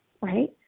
right